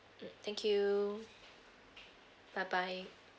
mm thank you bye bye